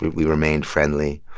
we remained friendly.